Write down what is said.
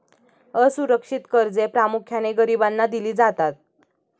असुरक्षित कर्जे प्रामुख्याने गरिबांना दिली जातात